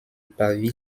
pavie